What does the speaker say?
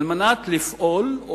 שנועדה לפעול,